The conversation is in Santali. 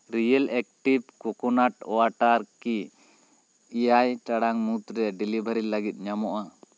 ᱨᱤᱭᱮᱞ ᱮᱠᱴᱤᱵᱷ ᱠᱳᱠᱳᱱᱟᱴ ᱳᱣᱟᱴᱟᱨ ᱠᱤ ᱮᱭᱟᱭ ᱴᱟᱲᱟᱝ ᱢᱩᱫᱽᱨᱮ ᱰᱮᱞᱤᱵᱷᱟᱨᱤ ᱞᱟᱹᱜᱤᱫ ᱧᱟᱢᱚᱜ ᱼᱟ